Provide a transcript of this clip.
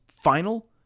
final